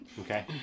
Okay